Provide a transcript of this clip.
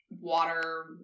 water